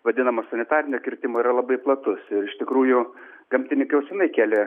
vadinamas sanitarinio kirtimo yra labai platus ir iš tikrųjų gamtinykai jau senai kėlė